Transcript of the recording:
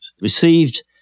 received